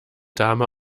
dame